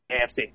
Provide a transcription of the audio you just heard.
AFC